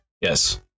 Yes